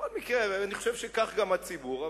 בכל מקרה, כך גם הציבור.